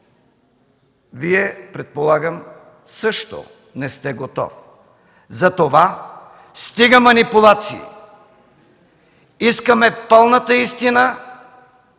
Вие, предполагам, също не сте готов?! Затова стига манипулации, искаме пълната истина!